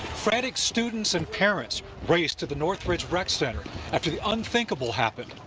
frantic students and parents raced to the northbridge rec center after the unthinkable happened.